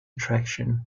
attraction